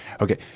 Okay